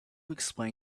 explain